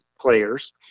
players